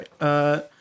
right